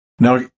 Now